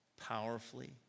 powerfully